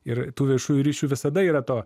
ir tų viešųjų ryšių visada yra to